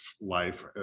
life